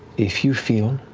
if you feel